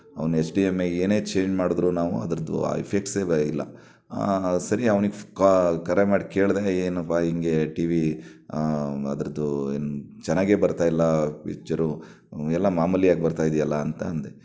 ಅವ್ನು H D M ಐಗೆ ಏನೇ ಚೇಂಜ್ ಮಾಡಿದ್ರೂ ನಾವು ಅದರದು ಆ ಇಫೆಕ್ಟ್ಸೇ ಬ್ ಇಲ್ಲ ಸರಿ ಅವ್ನಿಗೆ ಫ್ ಕಾ ಕರೆ ಮಾಡಿ ಕೇಳಿದೆ ಏನಪ್ಪ ಹೀಗೆ ಟಿವಿ ಅದರದು ಏನು ಚೆನ್ನಾಗೇ ಬರ್ತಾ ಇಲ್ಲ ಪಿಚರೂ ಎಲ್ಲ ಮಾಮೂಲಿ ಆಗಿ ಬರ್ತಾ ಇದೆಯಲ್ಲ ಅಂತ ಅಂದೆ